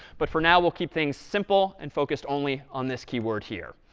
but for now, we'll keep things simple and focus only on this keyword here.